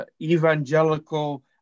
evangelical